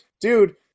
dude